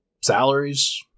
salaries